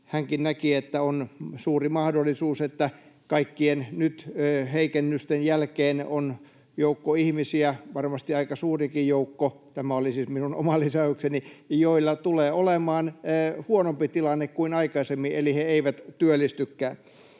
hänkin näki, että on suuri mahdollisuus, että nyt kaikkien heikennysten jälkeen on joukko ihmisiä, varmasti aika suurikin joukko — tämä oli siis minun oma lisäykseni — joilla tulee olemaan huonompi tilanne kuin aikaisemmin, eli he eivät työllistykään.